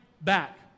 back